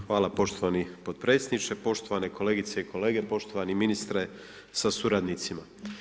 Hvala poštovani podpredsjedniče, poštovane kolegice i kolege, poštovani ministre sa suradnicima.